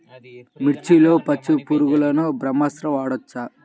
మిర్చిలో పచ్చ పురుగునకు బ్రహ్మాస్త్రం వాడవచ్చా?